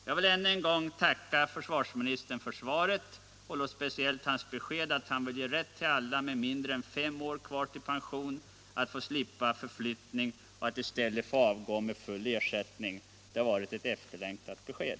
Jag vill än en gång tacka försvarsministern för svaret, då speciellt för hans besked att han vill ge rätt till alla med mindre än fem år kvar till pension att slippa förflyttning och i stället få avgå med full ersättning. Det har varit ett efterlängtat besked.